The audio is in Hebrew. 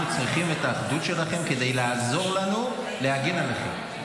אנחנו צריכים את האחדות שלכם כדי לעזור לנו להגן עליכם.